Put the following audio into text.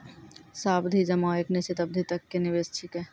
सावधि जमा एक निश्चित अवधि तक के निवेश छिकै